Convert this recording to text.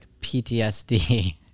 ptsd